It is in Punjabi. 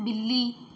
ਬਿੱਲੀ